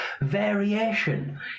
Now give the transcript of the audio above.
variation